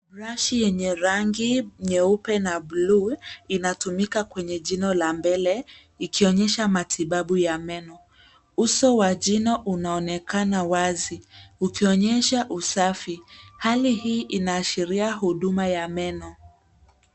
Brashi yenye rangi nyeupe na blue inatumika kwenye jino la mbele ikionyesha matibabu ya meno. Uso wa jino unaonekana wazi ukionyesha usafi. Hali hii inaashiria huduma ya meno.